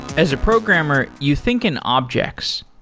as a programmer, you think an object.